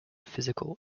physical